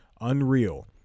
Unreal